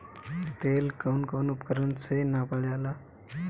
तेल कउन कउन उपकरण से नापल जाला?